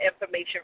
information